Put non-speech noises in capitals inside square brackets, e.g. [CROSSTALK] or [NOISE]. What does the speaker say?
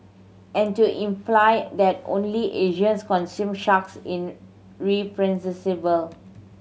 and to imply that only Asians consume sharks in [UNINTELLIGIBLE]